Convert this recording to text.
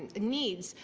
ah needs,